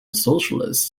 socialist